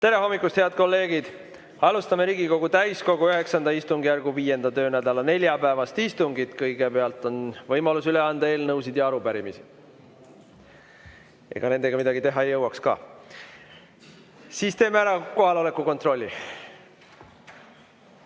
Tere hommikust, head kolleegid! Alustame Riigikogu täiskogu IX istungjärgu 5. töönädala neljapäevast istungit. Kõigepealt on võimalus üle anda eelnõusid ja arupärimisi. Ega nendega midagi teha ei jõuakski. Teeme ära kohaloleku kontrolli.